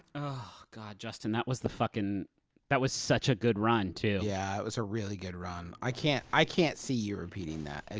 oh, god, justin, that was the fucking that was such a good run, too. yeah, it was a really good run. i can't i can't see you repeating it,